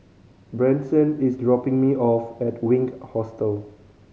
Branson is dropping me off at Wink Hostel